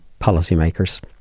policymakers